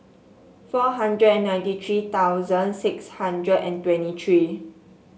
four hundred and ninety three thousand six hundred and twenty three